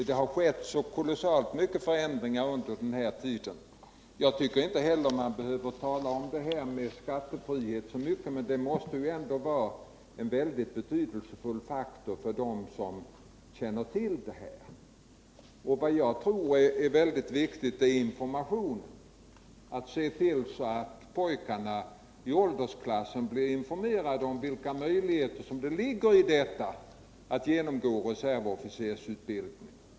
Det har skett så kolossalt mycket förändringar sedan den tiden. Jag tycker inte man behöver tala så mycket om skattefrihet, men det måste ändå vara en mycket betydelsefull faktor för den som känner till detta. Jag tror det är viktigt med informationen. Vi måste se till att pojkarna i dessa Premierna vid servofficer åldersklasser blir informerade om vilka möjligheter som ligger i att genomgå reservofficersutbildning.